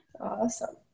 Awesome